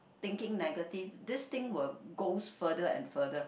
thinking negative this thing will goes further and further